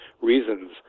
reasons